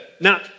Now